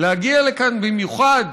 להגיע לכאן במיוחד